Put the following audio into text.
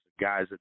guys